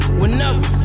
whenever